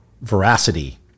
veracity